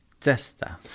Cesta